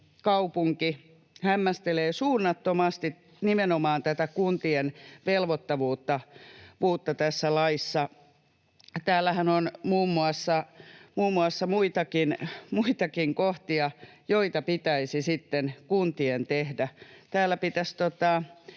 kaupunki hämmästelee suunnattomasti nimenomaan tätä kuntien velvoittavuutta tässä laissa. Täällähän on muun muassa muitakin kohtia, joita pitäisi sitten kuntien tehdä.